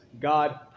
God